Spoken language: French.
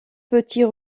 petits